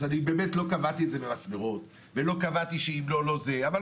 לא קבעתי את זה במסמרות,